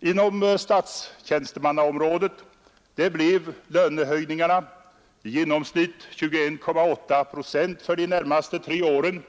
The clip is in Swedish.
Inom statstjänstemannaområdet blev lönehöjningarna i genomsnitt 21,8 procent för de närmaste tre åren.